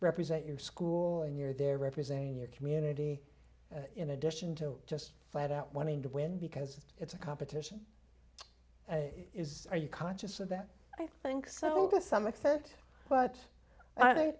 represent your school and you're there representing your community in addition to just flat out wanting to win because it's a competition is are you conscious of that i think so to some extent but i